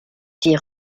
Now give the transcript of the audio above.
six